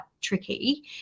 tricky